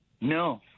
No